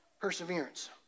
perseverance